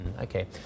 Okay